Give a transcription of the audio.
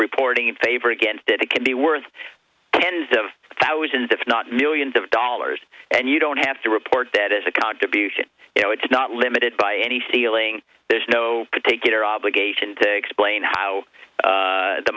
reporting in favor against it it could be worth tens of thousands if not millions of dollars and you don't have to report that as a contribution you know it's not limited by any feeling there's no take it or obligation to explain how